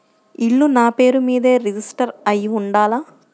ఇల్లు నాపేరు మీదే రిజిస్టర్ అయ్యి ఉండాల?